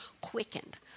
quickened